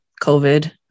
COVID